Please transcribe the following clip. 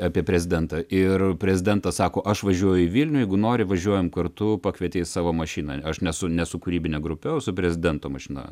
apie prezidentą ir prezidentas sako aš važiuoju į vilnių jeigu nori važiuojam kartu pakvietė į savo mašiną aš ne su ne su kūrybine grupe su prezidento mašina